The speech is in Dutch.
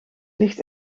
ligt